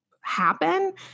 happen